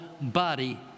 body